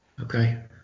Okay